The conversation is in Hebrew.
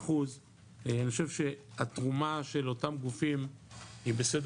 אני חושב שהתרומה של אותם גופים היא בסדר